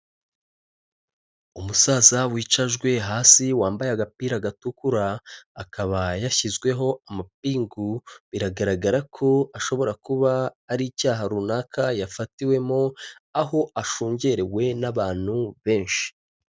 Umusaza wicajwe hasi, wambaye agapira gatukura, akaba yashyizweho amapingu, biragaragara ko ashobora kuba ari icyaha runaka yafatiwemo, aho ashungerewe n'abantu benshi.